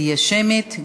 תהיה שמית.